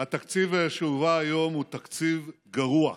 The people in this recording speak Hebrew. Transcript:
התקציב שהובא היום הוא תקציב גרוע.